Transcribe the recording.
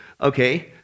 okay